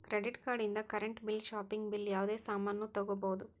credit card ಇಂದ್ current bill shopping bill ಯಾವುದೇ ಸಾಮಾನ್ನೂ ತಗೋಬೋದು